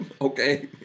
Okay